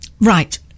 right